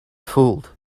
fooled